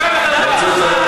אתה חוצפן,